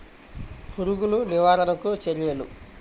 పురుగులు నివారణకు చర్యలు?